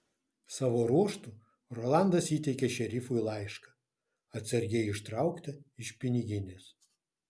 savo ruožtu rolandas įteikė šerifui laišką atsargiai ištrauktą iš piniginės